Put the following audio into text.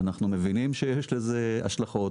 אנחנו מבינים שיש לזה השלכות